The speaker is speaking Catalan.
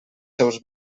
seus